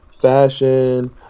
fashion